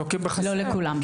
לא לכולם.